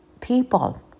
people